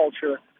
culture